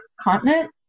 continent